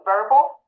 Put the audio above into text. verbal